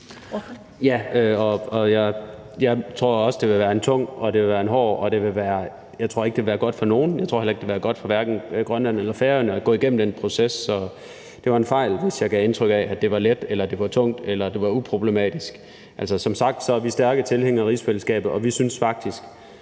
(V): Jeg tror også, det vil være en tung og hård proces, og jeg tror heller ikke, det vil være godt for nogen. Jeg tror ikke, det vil være godt for hverken Grønland eller Færøerne at gå igennem en proces. Så det var en fejl, hvis jeg gav indtryk af, at det var let, eller det var uproblematisk. Altså, som sagt er vi stærke tilhængere af rigsfællesskabet, og vi synes faktisk,